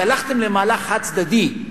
כי הלכתם למהלך חד-צדדי,